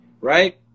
right